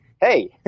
hey